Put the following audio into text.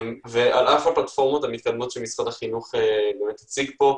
על אף הפלטפורמות המתקדמות שמשרד החינוך הציג פה,